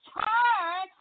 turn